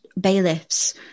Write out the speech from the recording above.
bailiffs